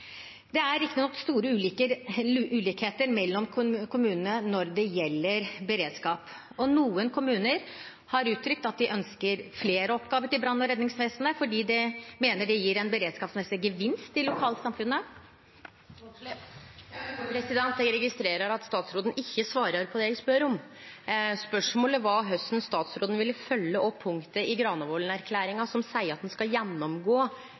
Det er riktignok store ulikheter mellom kommunene når det gjelder beredskap. Noen kommuner har uttrykt at de ønsker flere oppgaver til brann- og redningsvesenet fordi de mener at det gir en beredskapsmessig gevinst i lokalsamfunnet. Lene Vågslid – til oppfølgingsspørsmål. Eg registrerer at statsråden ikkje svarer på det eg spør om. Spørsmålet var korleis statsråden vil fylgje opp punktet i Granavolden-plattforma der det står at ein skal